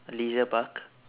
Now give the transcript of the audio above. leisure park